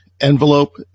envelope